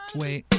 wait